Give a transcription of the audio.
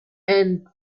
end